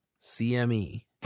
CME